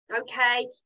Okay